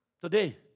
Today